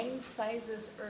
sizes